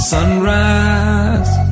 Sunrise